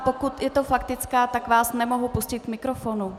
Pokud je to faktická, tak vás nemohu pustit k mikrofonu.